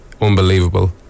unbelievable